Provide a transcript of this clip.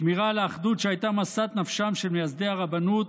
שמירה על האחדות שהייתה משאת נפשם של מייסדי הרבנות,